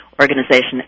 organization